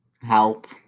Help